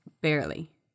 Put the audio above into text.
barely